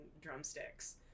drumsticks